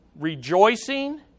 rejoicing